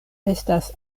estas